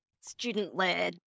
student-led